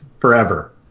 forever